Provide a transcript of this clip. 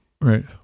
Right